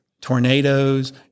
tornadoes